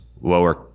lower